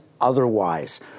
otherwise